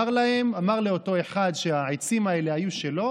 והוא אמר לאותו אחד שהעצים היו שלו: